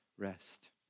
rest